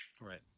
Right